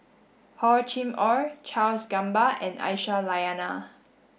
Hor Chim Or Charles Gamba and Aisyah Lyana